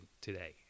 today